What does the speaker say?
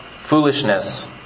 Foolishness